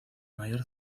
mayor